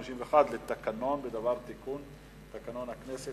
סעיף 151 לתקנון בדבר תיקון תקנון הכנסת,